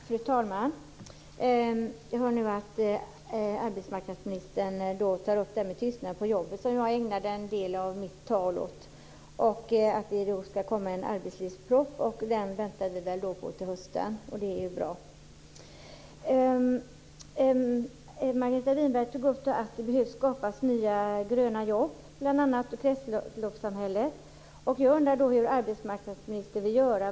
Fru talman! Jag hör nu att arbetsmarknadsministern tar upp detta med tystnad på jobbet, som jag ägnade en del av mitt anförande åt, och att det skall komma en arbetslivsproposition som vi kan vänta till hösten. Det är bra. Margareta Winberg tog upp att det behöver skapas nya gröna jobb i kretsloppssamhället. Jag undrar då hur arbetsmarknadsministern vill göra.